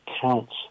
counts